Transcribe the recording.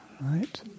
right